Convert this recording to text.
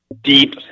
deep